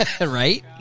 right